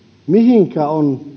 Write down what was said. mihinkä on